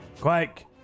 Quake